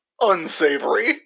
unsavory